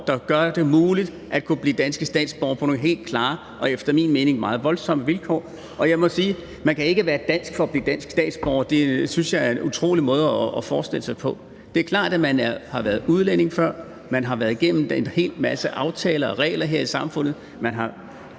der gør det muligt at kunne blive dansk statsborger på nogle helt klare og efter min mening meget voldsomme betingelser. Og jeg må sige, man kan ikke være dansk for at blive dansk statsborger. Det synes jeg er en utrolig måde at forestille sig det på. Det er klart, at man før det har været udlænding, man har været igennem en del prøver og andet her i samfundet,